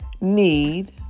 need